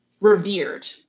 revered